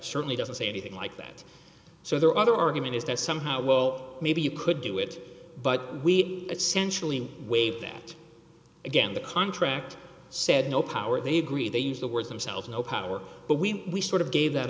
certainly doesn't say anything like that so there are other argument is that somehow well maybe you could do it but we essentially waived that again the contract said no power they agree they use the words themselves no power but we sort of gave that